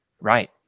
Right